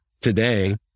today